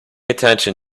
attention